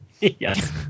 Yes